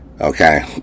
Okay